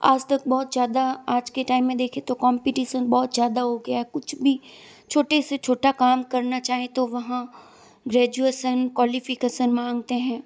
आज तक बहुत ज़्यादा आज के टाइम में देखें तो कोम्पिटीसन बहुत ज़्यादा हो गया कुछ भी छोटे से छोटा काम करना चाहे तो वहाँ ग्रेजुएसन क्वालिफिकेसन मांगते हैं